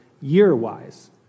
year-wise